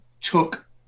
took